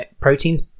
proteins